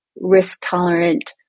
risk-tolerant